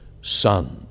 Son